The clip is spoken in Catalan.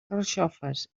carxofes